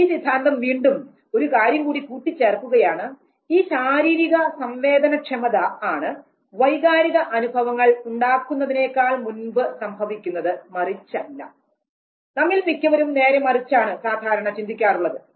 ഈ സിദ്ധാന്തം വീണ്ടും ഒരു കാര്യം കൂടി കുട്ടി ചേർക്കുകയാണ് ഈ ശാരീരിക സംവേദനക്ഷമത ആണ് വൈകാരിക അനുഭവങ്ങൾ ഉണ്ടാക്കുന്നതിനേക്കാൾ മുൻപ് സംഭവിക്കുന്നത് മറിച്ചല്ല നമ്മിൽ മിക്കവരും നേരെ മറിച്ചാണ് സാധാരണ ചിന്തിക്കാറുള്ളത്